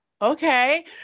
Okay